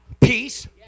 peace